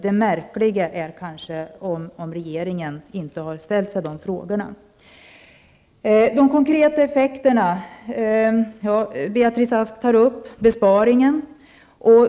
Det vore däremot märkligt om regeringen inte har ställt sig dessa frågor. När det gäller de konkreta effekterna tar Beatrice Ask upp besparingen.